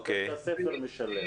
ואז בית הספר משלם.